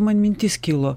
man mintis kilo